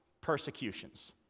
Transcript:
persecutions